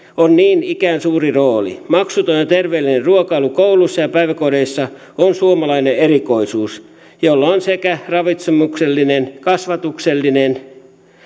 on niin ikään suuri rooli maksuton ja terveellinen ruokailu kouluissa ja päiväkodeissa on suomalainen erikoisuus jolla on sekä ravitsemuksellinen kasvatuksellinen